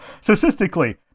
Statistically